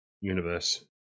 universe